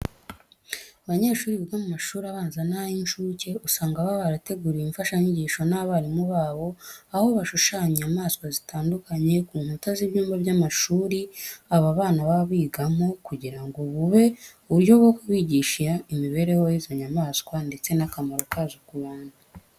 Abanyeshuri biga mu mashuri abanza n'ay'incuke usanga baba barateguriwe imfashanyigisho n'abarimu babo, aho bashushanya inyamaswa zitandukanye ku nkuta z'ibyumba by'amashuri aba bana baba bigamo kugira ngo bube uburyo bwo kubigisha imibereho y'izo nyamaswa ndetse n'akamaro kazo ku bantu.